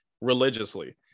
religiously